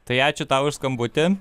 tai ačiū tau už skambutį